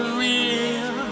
real